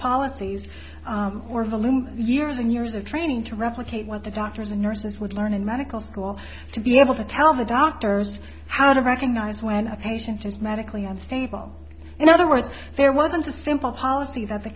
balloon years and years of training to replicate what the doctors and nurses would learn in medical school to be able to tell the doctors how to recognize when a patient is medically unstable in other words there wasn't a simple policy that the